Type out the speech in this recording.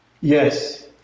Yes